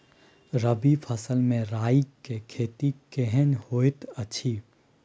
रबी फसल मे राई के खेती केहन होयत अछि?